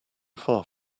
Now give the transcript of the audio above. far